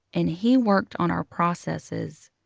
and he worked on our processes.